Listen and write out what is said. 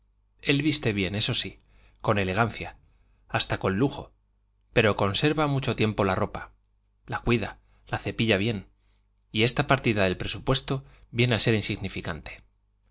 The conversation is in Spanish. él viste bien eso sí con elegancia hasta con lujo pero conserva mucho tiempo la ropa la cuida la cepilla bien y esta partida del presupuesto viene a ser insignificante